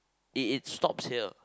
it it stops here